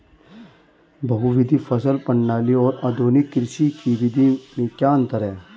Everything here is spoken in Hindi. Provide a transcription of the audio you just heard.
बहुविध फसल प्रणाली और आधुनिक कृषि की विधि में क्या अंतर है?